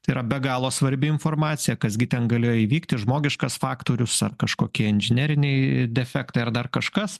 tai yra be galo svarbi informacija kas gi ten galėjo įvykti žmogiškas faktorius ar kažkokie inžineriniai defektai ar dar kažkas